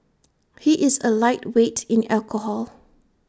he is A lightweight in alcohol